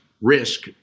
risk